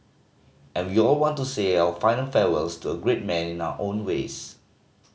and we all want to say our final farewells to a great man in our own ways